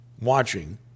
watching